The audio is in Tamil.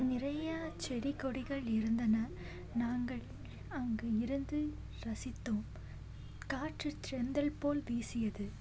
நிறையா செடிக்கொடிகள் இருந்தன நாங்கள் அங்கு இருந்து ரசித்தோம் காற்று தென்றல் போல் வீசியது